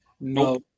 No